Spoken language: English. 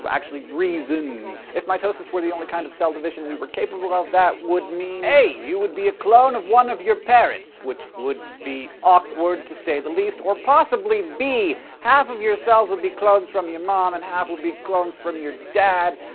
but actually, reasons. if mitosis were the only kind of cell division we were capable of, that would mean a you would be a clone of one of your parents, which would be, awkward to say the least, or possibly b half of your cells would be clones from your mom, and half would be clones from your dad.